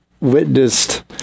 witnessed